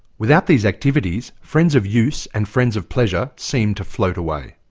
without these activities, friends of use and friends of pleasure seemed to float away.